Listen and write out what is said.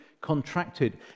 contracted